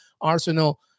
Arsenal